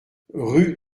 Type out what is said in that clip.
rue